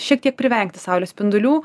šiek tiek privengti saulės spindulių